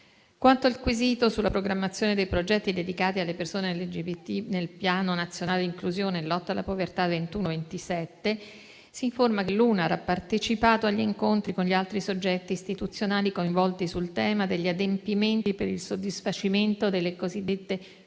Quanto al quesito sulla programmazione dei progetti dedicati alle persone LGBT nel Piano nazionale di inclusione e lotta alla povertà 2021-2027, si informa che l'UNAR ha partecipato agli incontri con gli altri soggetti istituzionali coinvolti sul tema degli adempimenti per il soddisfacimento delle cosiddette condizioni